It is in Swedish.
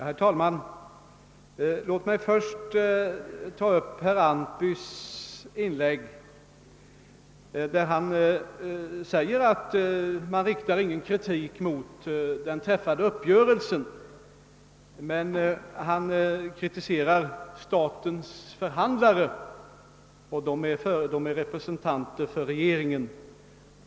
Herr talman! Låt mig först ta upp herr Antbys inlägg! Han förklarar att han inte riktar någon kritik mot den träffade uppgörelsen, men han kritiserar statens förhandlare, och de är representanter för regeringen.